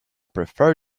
prefer